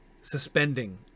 suspending